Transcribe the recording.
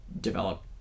develop